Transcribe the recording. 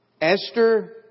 Esther